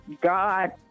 God